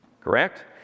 Correct